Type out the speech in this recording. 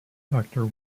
doctor